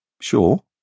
Sure